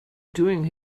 doing